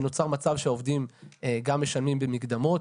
נוצר מצב שהעובדים גם משלמים במקדמות,